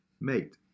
Mate